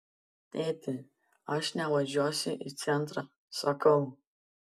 tėti aš nevažiuosiu į centrą sakau